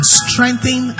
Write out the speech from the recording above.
strengthen